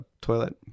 toilet